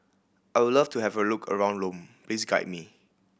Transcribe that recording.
I would love to have a look around Lome please guide me